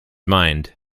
mind